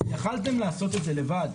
יכולתם לעשות את זה לבד.